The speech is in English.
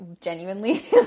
genuinely